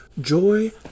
Joy